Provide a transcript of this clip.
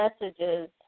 messages